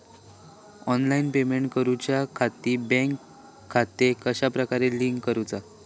Online payment करुच्याखाती bank खाते कश्या प्रकारे लिंक करुचा?